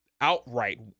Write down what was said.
outright